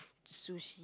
Sushi